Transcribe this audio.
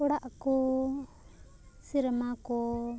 ᱚᱲᱟᱜ ᱠᱚ ᱥᱮᱨᱢᱟ ᱠᱚ